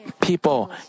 people